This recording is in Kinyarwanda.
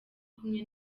kumwe